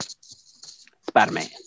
Spider-Man